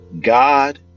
God